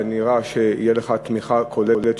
ונראה שתהיה לך תמיכה כוללת,